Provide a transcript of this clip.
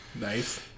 Nice